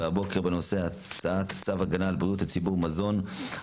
והבוקר בנושא הצעת צו הגנה על בריאות הציבור (מזון)(החלת